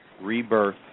Rebirth